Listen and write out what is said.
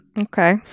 Okay